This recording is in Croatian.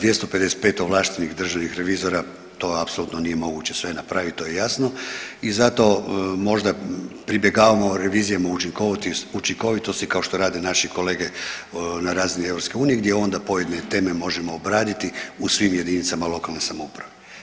255 ovlaštenih državnih revizora, to apsolutno nije moguće sve napraviti, to je jasno i zato možda pribjegavamo revizijama učinkovitosti kao što rade naši kolege na razini EU gdje onda pojedine teme možemo obraditi u svim jedinicama lokalne samouprave.